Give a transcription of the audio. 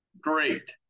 great